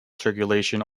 circulation